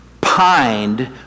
pined